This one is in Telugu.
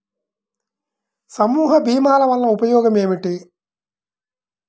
సమూహ భీమాల వలన ఉపయోగం ఏమిటీ?